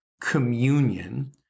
communion